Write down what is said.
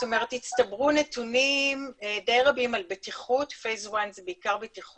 כלומר הצטברו נתונים רבים למדי על בטיחות שלב 1 זה בעיקר בטיחות,